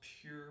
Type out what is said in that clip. pure